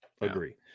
agree